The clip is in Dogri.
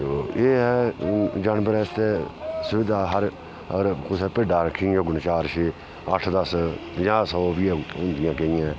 एह् ऐ जानवरें आस्तै सुविधा हर हर कुसै भिड्डा रक्खी दियां होङन चार छे अट्ठ दस पजाह्ं सौ बी होंदियां केइयें